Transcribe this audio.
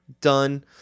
done